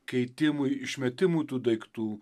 keitimui išmetimui tų daiktų